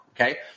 Okay